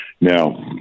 Now